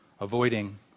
Avoiding